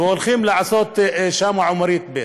והולכים לעשות שם עומרית ב'.